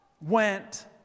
went